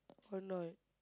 or not